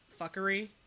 fuckery